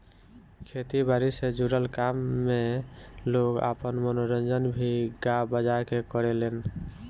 खेती बारी से जुड़ल काम में लोग आपन मनोरंजन भी गा बजा के करेलेन